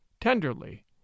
tenderly